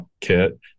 kit